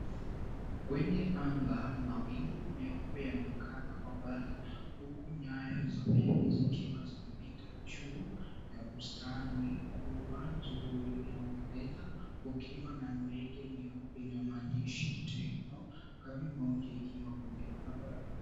Kwenye anga mawingu meupe yanaonekana kwa mbali huku nyaya za umeme zikiwa zimepita juu ya bustani kubwa nzuri inayopendeza kukiwa na ndege nyeupe yenye maandishi, Tecno, gari moja ikiwa kwenye barabara.